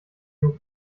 nur